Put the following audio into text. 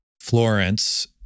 Florence